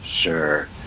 sure